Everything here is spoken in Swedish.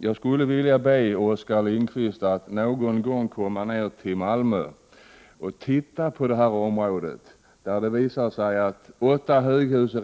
Jag skulle vilja be Oskar Lindkvist att någon gång komma ner till Malmö och titta på detta område, där åtta höghus och